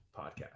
podcast